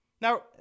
Now